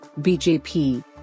BJP